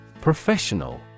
Professional